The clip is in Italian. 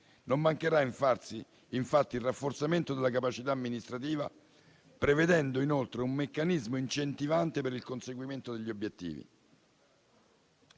Non mancherà, infatti, il rafforzamento della capacità amministrativa, prevedendo inoltre un meccanismo incentivante per il conseguimento degli obiettivi.